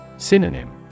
Synonym